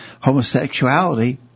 homosexuality